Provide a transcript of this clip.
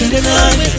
tonight